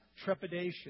trepidation